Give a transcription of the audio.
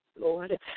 Lord